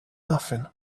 nothing